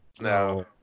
No